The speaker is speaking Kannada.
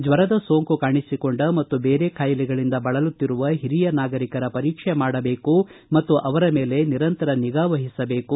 ಜ್ವರದ ಸೋಂಕು ಕಾಣಿಸಿಕೊಂಡ ಮತ್ತು ಬೇರೆ ಕಾಯಿಲೆಗಳಿಂದ ಬಳಲುತ್ತಿರುವ ಹಿರಿಯ ನಾಗರಿಕರ ಪರೀಕ್ಷೆ ಮಾಡಬೇಕು ಮತ್ತು ಅವರ ಮೇಲೆ ನಿರಂತರ ನಿಗಾವಹಿಸಬೇಕು